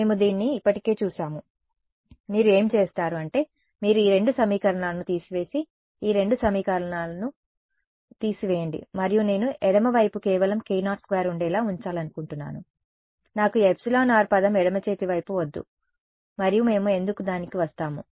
మేము దీన్ని ఇప్పటికే చూశాము మీరు ఏమి చేస్తారు అంటే మీరు ఈ రెండు సమీకరణాలను తీసివేసి ఈ రెండు సమీకరణాలను తీసివేయండి మరియు నేను ఎడమ వైపు కేవలం k02 ఉండేలా ఉంచాలనుకుంటున్నాను నాకు ఈ εr పదం ఎడమచేతి వైపు వద్దు మరియు మేము ఎందుకు దానికి వస్తాము